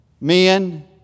men